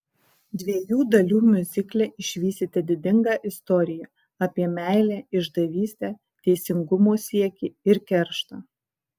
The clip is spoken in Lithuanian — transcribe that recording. dviejų dalių miuzikle išvysite didingą istoriją apie meilę išdavystę teisingumo siekį ir kerštą